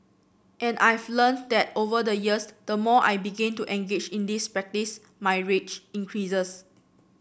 and I've learnt that over the years the more I begin to engage in this practice my range increases